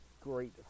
great